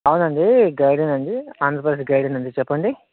అవునండీ గైడే నండీ ఆంధ్రప్రదేశ్ గైడే నండీ చెప్పండి